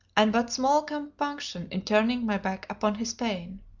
and but small compunction in turning my back upon his pain.